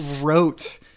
wrote